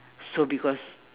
so because